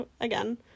again